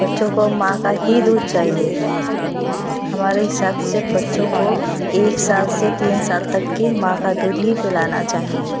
बच्चों को माँ का ही दूध चाहिए हमारे हिसाब से बच्चों को एक साल से तीन साल तक के माँ का दूध ही पिलाना चाहिए